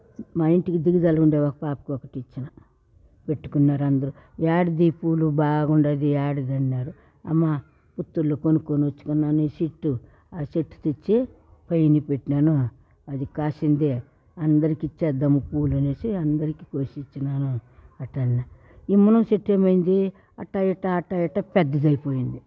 మా ఇంటికి దిగాలుండే ఒక పాపకి ఒకటిచ్చినా పెట్టుకున్నారందరు యాడిది ఈ పూలు బాగున్నది యాడిదన్నారు అమ్మ పుత్తూర్లో కొనుక్కోనొచ్చుకున్నాను ఈ చెట్టు ఆ చెట్టు తెచ్చి పైన పెట్నాను అది కాసింది అందరికి ఇచ్చేద్దాం పూలు అనేసి అందరికి కోసిచ్చిన్నాను అట్ట అన్నా ఈ మునగ చెట్టు ఏమైంది అట్టా ఇట్టా అట్టా ఇట్టా పెద్దదైపోయింది